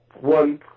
one